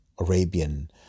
Arabian